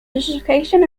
justification